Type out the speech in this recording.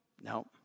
No